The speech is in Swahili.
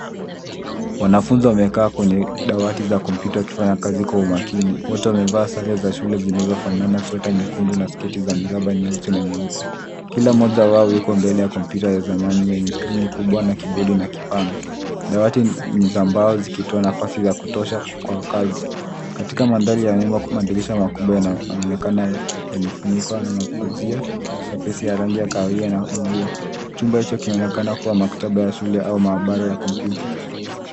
Wanafunzi wamekaa kwenye dawati za kompyuta wakifanya kazi kwa umakini. Wote wamevaa sare za shule zinazofanana sweta nyekundu na sketi za miraba nyeusi na nyeupe. Kila mmoja wao yuko mbele ya kompyuta ya zamani yenye skrini kubwa na kibodi na kipanga. Dawati ni za mbao zikitoa nafasi za kutosha kwa wakazi. Katika mandhari ya nyuma madirisha makubwa yanaonekana yamefunikwa na mapazia na pesi ya rangi ya kahawia na mvua. Chumba hicho kinaonekana kuwa maktaba ya shule au maabara ya kompyuta.